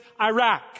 Iraq